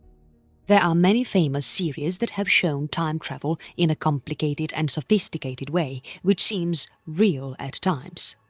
there are many famous series that have shown time travel in a complicated and sophisticated way which seems real at times.